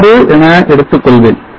6 என எடுத்துக்கொள்வேன்